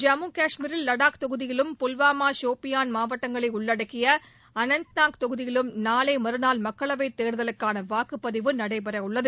ஜம்மு காஷ்மீரில் லடாக் தொகுதியிலும் புல்வாமா சோஃபியான் மாவட்டங்களை உள்ளடக்கிய அனந்த்நாக் தொகுதியிலும் நாளை மறுநாள் மக்களவைத் தேர்தலுக்கான வாக்குப்பதிவு நடைபெறவுள்ளது